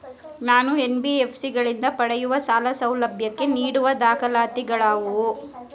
ನಾನು ಎನ್.ಬಿ.ಎಫ್.ಸಿ ಗಳಿಂದ ಪಡೆಯುವ ಸಾಲ ಸೌಲಭ್ಯಕ್ಕೆ ನೀಡುವ ದಾಖಲಾತಿಗಳಾವವು?